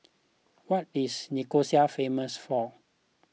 what is Nicosia famous for